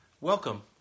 welcome